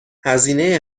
هزینه